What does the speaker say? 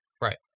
Right